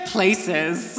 places